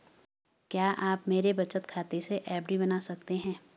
क्या आप मेरे बचत खाते से एफ.डी बना सकते हो?